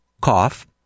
cough